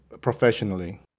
professionally